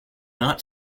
not